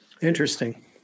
Interesting